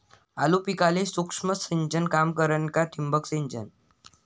आलू पिकाले सूक्ष्म सिंचन काम करन का ठिबक सिंचन?